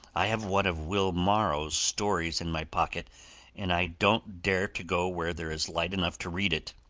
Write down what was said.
i have one of will morrow's stories in my pocket and i don't dare to go where there is light enough to read it.